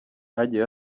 hagiye